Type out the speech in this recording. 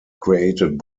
created